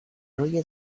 روی